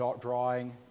drawing